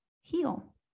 heal